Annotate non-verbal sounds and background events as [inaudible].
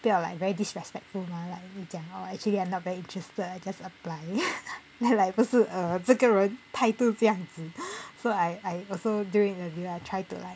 不要 like very disrespectful mah like 这样 lor actually I am not very interested I just apply [laughs] then like 不是这个人态度这样子 so I I also during interview I try to like